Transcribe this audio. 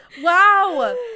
wow